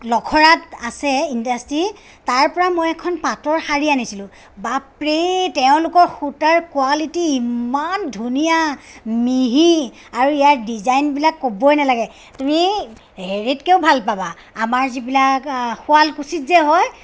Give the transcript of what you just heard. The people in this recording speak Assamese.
লখৰাত আছে ইণ্ডাষ্ট্ৰী তাৰপৰা মই এখন পাটৰ শাড়ী আনিছিলোঁ বাপৰে তেওঁলোকৰ সূতাৰ কোৱালিটী ইমান ধুনীয়া মিহি আৰু ইয়াৰ ডিজাইনবিলাক ক'বই নালাগে তুমি হেৰিতকৈও ভাল পাবা আমাৰ যিবিলাক শুৱালকুছিত যে হয়